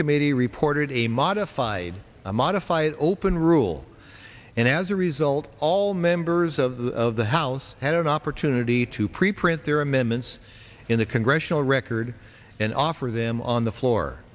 committee reported a modified a modified open rule and as a result all members of the of the house had an opportunity to pre print their amendments in the congressional record and offer them on the floor